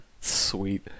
Sweet